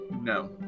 No